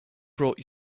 brought